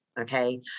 Okay